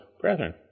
brethren